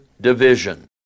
division